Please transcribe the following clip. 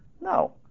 No